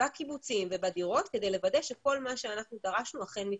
בקיבוצים ובדירות כדי לוודא שכל מה שאנחנו דרשנו אכן מתקיים.